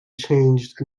changed